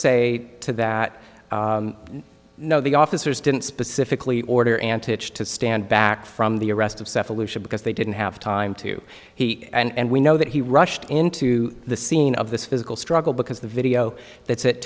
say to that no the officers didn't specifically order antics to stand back from the arrest of staff aleutian because they didn't have time to he and we know that he rushed into the scene of this physical struggle because the video that's at